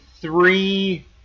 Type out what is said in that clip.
three